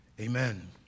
Amen